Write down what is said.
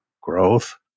growth